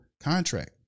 contract